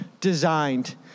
designed